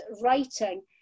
writing